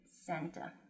center